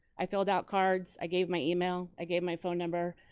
i filled out cards, i gave my email, i gave my phone number.